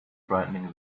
frightening